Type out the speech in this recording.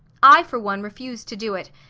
i, for one, refuse to do it,